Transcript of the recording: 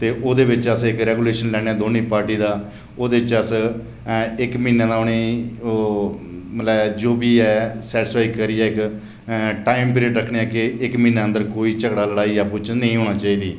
ते ओह्दे बिच अस इक रेसोलूशन लैन्ने आं दौनें पार्टी दा ओहदे च अस इक महिने दा उंहेगी ओह् मतलब जो बी ऐ सेटीसफाई करियै भाई इक टाइम पिरिड रक्खने आं के इक महिने दे अंदर कोई झगड़ा लड़ाई आपू बिचें नेईं होना चाहिदी